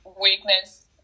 weakness